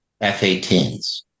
f-18s